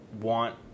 want